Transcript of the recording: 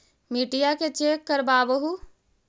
मिट्टीया के चेक करबाबहू?